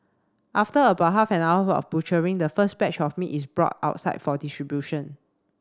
after about half an hour butchering the first batch of meat is brought outside for distribution